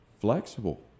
flexible